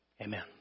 Amen